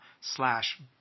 slash